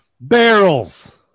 Barrels